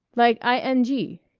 like i n g.